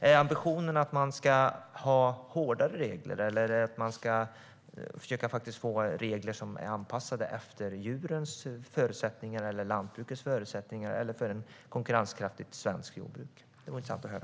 Är ambitionen att ha hårdare regler, eller är det att försöka få regler som är anpassade efter djurens förutsättningar, lantbrukets förutsättningar eller för ett konkurrenskraftigt svenskt jordbruk? Det vore intressant att höra.